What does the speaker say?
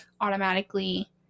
automatically